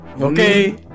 Okay